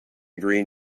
green